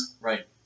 Right